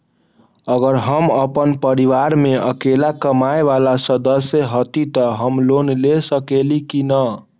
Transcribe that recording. अगर हम अपन परिवार में अकेला कमाये वाला सदस्य हती त हम लोन ले सकेली की न?